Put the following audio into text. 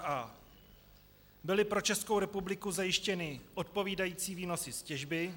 a) byly pro Českou republiku zajištěny odpovídající výnosy z těžby,